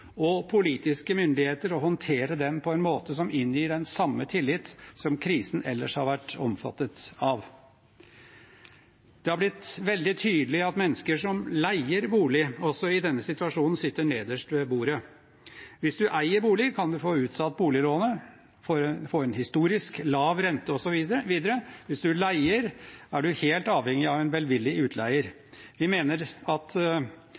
og politiske myndigheter å håndtere den på en måte som inngir den samme tillit som krisen ellers har vært omfattet av. Det har blitt veldig tydelig at mennesker som leier bolig, også i denne situasjonen sitter nederst ved bordet. Hvis du eier bolig, kan du få utsatt boliglånet, få en historisk lav rente, osv. Hvis du leier, er du helt avhengig av en velvillig utleier. Vi mener at